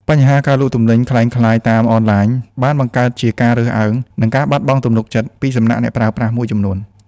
បញ្ហាការលក់ទំនិញក្លែងក្លាយតាមអនឡាញ បានបង្កើតជាការរើសអើង និងការបាត់បង់ទំនុកចិត្តពីសំណាក់អ្នកប្រើប្រាស់មួយចំនួន។